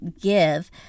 give